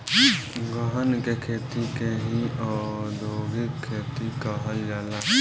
गहन के खेती के ही औधोगिक खेती कहल जाला